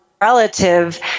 relative